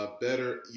Better